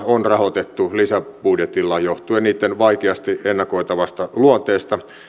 on rahoitettu lisäbudjetilla johtuen niitten vaikeasti ennakoitavasta luonteesta